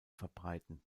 verbreiten